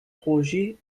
projet